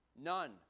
None